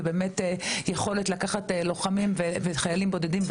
ובאמת יכולת לקחת לוחמים וחיילים בודדים,